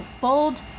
Bold